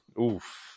Oof